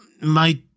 My